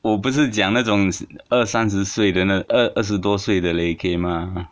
我不是讲那种二三十岁的那二二十多岁的勒可以吗